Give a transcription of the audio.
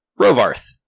Rovarth